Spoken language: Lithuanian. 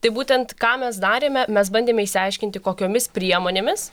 tai būtent ką mes darėme mes bandėme išsiaiškinti kokiomis priemonėmis